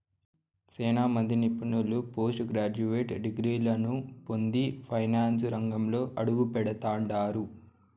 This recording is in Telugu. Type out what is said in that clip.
సేనా మంది నిపుణులు పోస్టు గ్రాడ్యుయేట్ డిగ్రీలని పొంది ఫైనాన్సు రంగంలో అడుగుపెడతండారు